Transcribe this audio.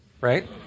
right